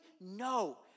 No